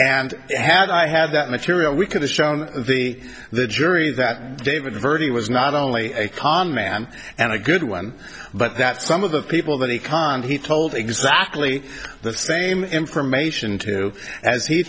and had i had that material we could have shown the the jury that david verde was not only a con man and a good one but that some of the people that he conned he told exactly the same information to as he